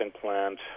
plant